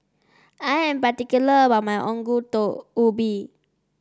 I am particular about my Ongol Ubi